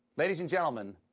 ladies and gentlemen,